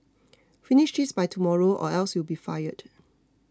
finish this by tomorrow or else you'll be fired